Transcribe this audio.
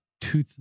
two